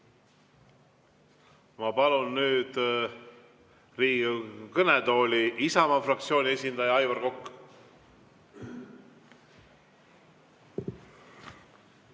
Ma palun nüüd Riigikogu kõnetooli Isamaa fraktsiooni esindaja Aivar Koka.